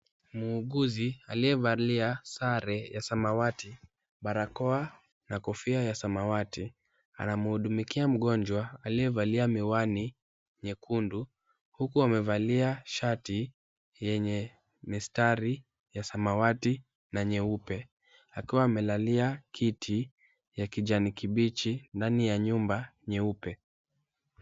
Muuguzi aliyevalia sare ya samawati, barakoa na kofia ya samawati anamhudumiki mgonjwa aliyevalia miwani nyekundu, huku amevalia shati yenye mistari ya samawati na nyeupe akiwa amelalia kiti ya kijani kibichi ndani ya nyumba nyeupe.